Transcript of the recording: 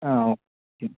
ആ ഓക്കേ